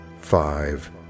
five